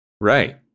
Right